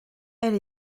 elle